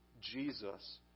Jesus